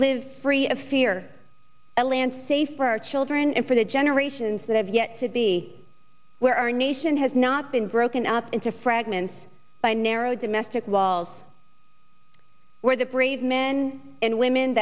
live free of fear a land safe for our children and for the generations that have yet to be where our nation has not been broken up into fragments by narrow domestic walls where the brave men and women